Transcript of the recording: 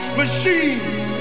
machines